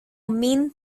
mean